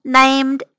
named